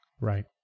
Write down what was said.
Right